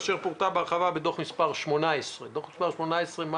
אשר פורטה בהרחבה בדוח מס' 18". זאת